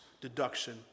deduction